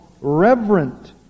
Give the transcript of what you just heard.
reverent